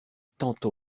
tante